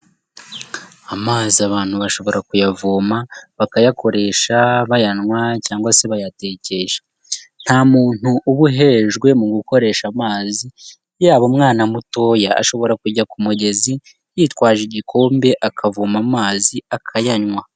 Amazi abantu bashobora kuyavoma, bakayakoresha bayanywa cyangwa se bayatekesha. Ntamuntu uba uhejwe mu gukoresha amazi, yaba umwana mutoya ashobora kujya ku mugezi, yitwaje igikombe, akavoma amazi, akayanywa.